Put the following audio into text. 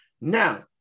Now